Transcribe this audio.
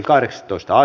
asia